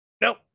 Nope